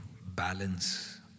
balance